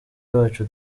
wacu